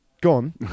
gone